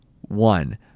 one